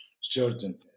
certain